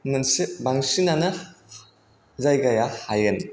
मोनसे बांसिनानो जायगाया हायेन